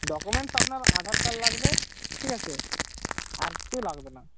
documents আপনার Aadhaar card লাগবে ঠিক আছে আর কিছু লাগবে না